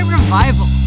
Revival